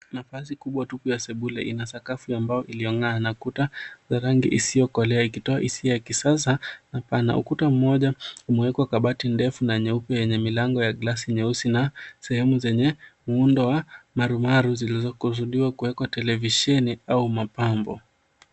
Nafasi kubwa tupu ya sebule ina sakafu ya mbao iliyongaa na kuta za rangi isiyokolea ikitoa hisia ya kisasa na pana. Ukuta mmoja umewekwa kabati ndefu na nyeupe yenye milango ya glasi nyeusi na sehemu zenye muundo wa maru maru zilizokusudiwa kuwekwa televisheni au mapambo.